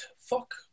fuck